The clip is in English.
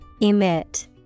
Emit